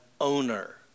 owner